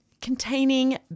containing